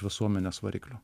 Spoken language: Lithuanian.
visuomenės variklių